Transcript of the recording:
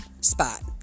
spot